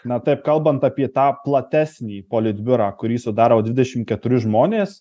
na taip kalbant apie tą platesnį politbiurą kurį sudaro dvidešim keturi žmonės